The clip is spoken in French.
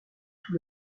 tout